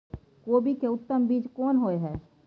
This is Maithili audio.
कोबी के उत्तम बीज कोन होय है?